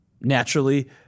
naturally